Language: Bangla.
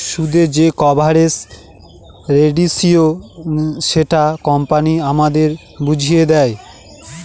সুদের যে কভারেজ রেসিও সেটা কোম্পানি আমাদের বুঝিয়ে দেয়